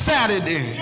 Saturday